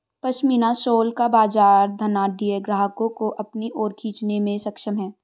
pashmina shawl का बाजार धनाढ्य ग्राहकों को अपनी ओर खींचने में सक्षम है